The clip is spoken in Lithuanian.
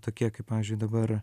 tokie kaip pavyzdžiui dabar